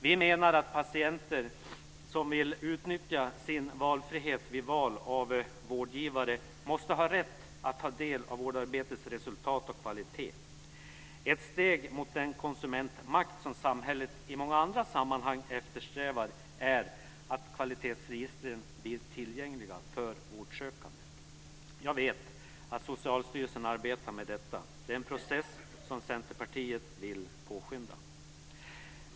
Vi menar att patienter som vill utnyttja sin valfrihet vid val av vårdgivare måste har rätt att ta del av vårdarbetets resultat och kvalitet. Ett steg mot den konsumentmakt som samhället i många andra sammanhang eftersträvar är att kvalitetsregistren blir tillgängliga för vårdsökande. Jag vet att Socialstyrelsen arbetar med detta. Det är en process som Centerpartiet vill påskynda.